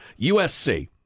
USC